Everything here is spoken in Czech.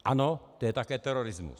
Ano, to je také terorismus.